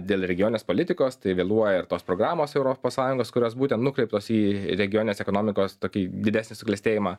dėl regionės politikos tai vėluoja ir tos programos europos sąjungos kurios būten nukreiptos į regionės ekonomikos tokį didesnį suklestėjimą